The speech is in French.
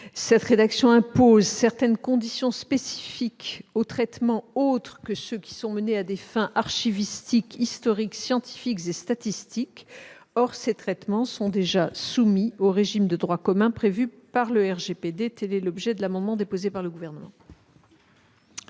Cette rédaction impose certaines conditions spécifiques aux traitements autres que ceux qui sont menés à des fins archivistiques, historiques, scientifiques et statistiques. Or ces traitements sont déjà soumis au régime de droit commun prévu par le RGPD. Quel est l'avis de la commission ? Avis favorable.